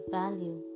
value